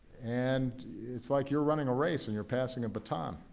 and it's like you're running a race and you're passing a baton.